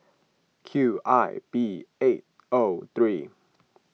Q I B eight O three